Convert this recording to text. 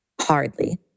Hardly